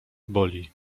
boli